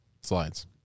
slides